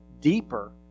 deeper